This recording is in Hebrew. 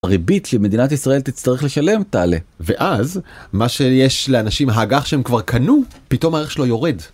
ריבית למדינת ישראל תצטרך לשלם תעלה ואז מה שיש לאנשים האגח שהם כבר קנו פתאום הערך שלו יורד.